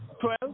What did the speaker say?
Twelve